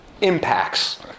impacts